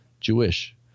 Jewish